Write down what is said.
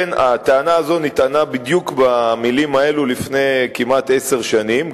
הטענה הזו נטענה בדיוק במלים האלו לפני כמעט עשר שנים,